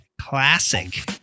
classic